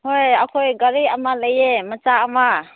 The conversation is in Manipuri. ꯍꯣꯏ ꯑꯩꯈꯣꯏ ꯒꯥꯔꯤ ꯑꯃ ꯂꯩꯌꯦ ꯃꯆꯥ ꯑꯃ